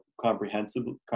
comprehensively